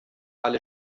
alle